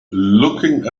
looking